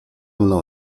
mną